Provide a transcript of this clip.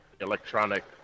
electronic